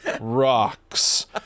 Rocks